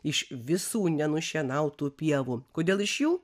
iš visų nenušienautų pievų kodėl iš jų